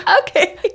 okay